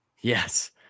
Yes